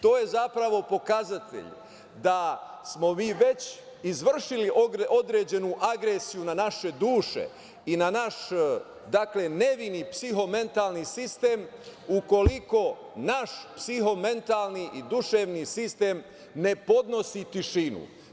To je zapravo pokazatelj da smo mi već izvršili određenu agresiju na naše duše i naš dakle nevini psihomentalni sistem ukoliko naš psihomentalni i duševni sistem ne podnosi tišinu.